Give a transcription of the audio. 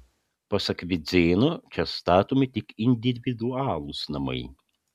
pasak vidzėno čia statomi tik individualūs namai